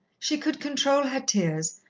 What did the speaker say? she could control her tears,